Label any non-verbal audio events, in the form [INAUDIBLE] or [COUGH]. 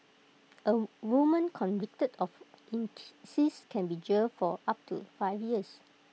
A woman convicted of [NOISE] incest can be jailed for up to five years